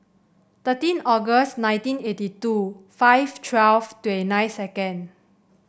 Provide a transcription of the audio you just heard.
thirteen August nineteen eighty two five twelve twenty nine second